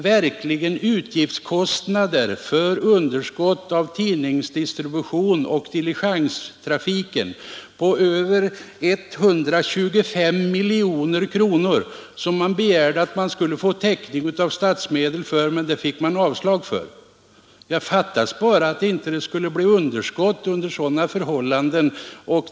Jo, det året hade posten kostnader för underskott på tidningsdistributionen och på diligenstrafiken på över I miljoner kronor, och det begärde verket att få täckning för av statsmedel, men man fick avslag på det. Fattas bara att det under sådana förhållanden inte skulle bli något underskott!